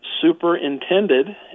Superintended